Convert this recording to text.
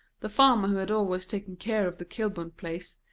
the farmer who had always taken care of the kilburn place,